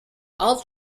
all